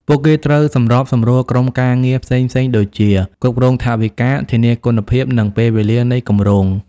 ពួកគេត្រូវសម្របសម្រួលក្រុមការងារផ្សេងៗដូចជា គ្រប់គ្រងថវិកា ធានាគុណភាព និងពេលវេលានៃគម្រោង។